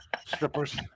strippers